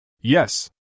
Yes